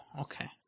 okay